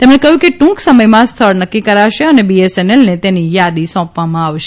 તેમણે કહ્યું કે ટૂંક સમયમાં સ્થળ નક્કી કરાશે અને બીએસએનએલને તેની યાદી સોંપવામાં આવશે